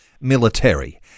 military